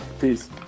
Peace